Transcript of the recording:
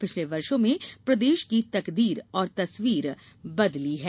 पिछले वर्षों में प्रदेश की तकदीर और तस्वीर बदली है